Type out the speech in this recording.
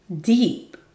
deep